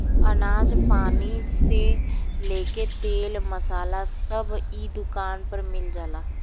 अनाज पानी से लेके तेल मसाला सब इ दुकान पर मिल जाला